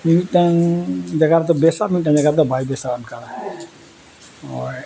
ᱢᱤᱼᱢᱤᱫᱴᱟᱝ ᱡᱟᱭᱜᱟ ᱨᱮᱫᱚ ᱵᱮᱥᱟᱜ ᱢᱤᱼᱢᱤᱫᱴᱟᱝ ᱡᱟᱭᱜᱟ ᱨᱮᱫᱚ ᱵᱟᱭ ᱵᱮᱥᱟ ᱚᱱᱠᱟ ᱦᱳᱭ